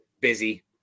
busy